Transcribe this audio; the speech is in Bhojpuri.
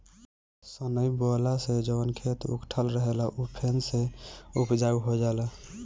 सनई बोअला से जवन खेत उकठल रहेला उ फेन से उपजाऊ हो जाला